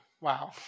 Wow